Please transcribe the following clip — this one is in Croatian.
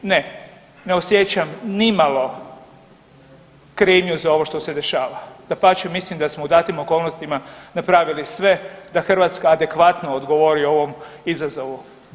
Ne, ne osjećam nimalo krivnju za ovo što se dešava, dapače, mislim da smo u datim okolnostima napravili sve da Hrvatska adekvatno odgovori ovom izazovu.